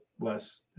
less